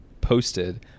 posted